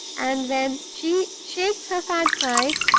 and when she shakes her fat sides,